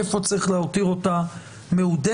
איפה צריך להותיר אותה מהודקת,